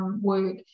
work